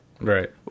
Right